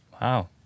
Wow